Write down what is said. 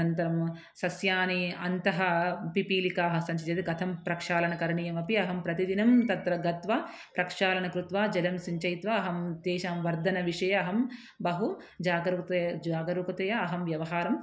अनन्तरं सस्यानि अन्तः पिपीलिकाः सन्ति चेद् कथं प्रक्षालनकरणीयमपि अहं प्रतिदिनं तत्र गत्वा प्रक्षालनकृत्वा जलं सिञ्चयित्वा अहं तेषां वर्धनविषये अहं बहु जागरूकतया जागरूकतया अहं व्यवहारम्